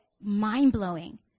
mind-blowing